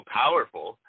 powerful